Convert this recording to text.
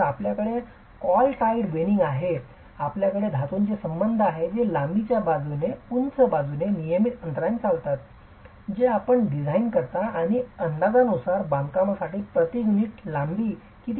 तर आपल्याकडे कॉल बद्ध वेनरिंग call tied veneering आहे आपल्याकडे धातूचे संबंध आहेत जे लांबीच्या बाजूने आणि उंच बाजूने नियमित अंतराने चालतात जे आपण डिझाइन करता आणि अंदाजानुसार बांधकामासाठी प्रति युनिट लांबी किती संबंध आवश्यक आहेत